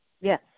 Yes